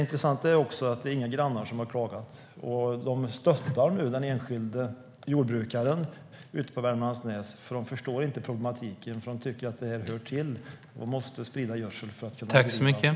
Intressant är också att inga grannar har klagat, utan de stöttar den enskilde jordbrukaren ute på Värmlandsnäs. De förstår inte problematiken utan tycker att det hör till att man måste sprida gödsel för att kunna bedriva jordbruk.